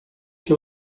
que